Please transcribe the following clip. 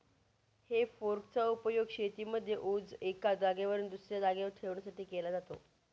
हे फोर्क चा उपयोग शेतीमध्ये ओझ एका जागेवरून दुसऱ्या जागेवर ठेवण्यासाठी केला जातो